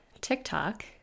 TikTok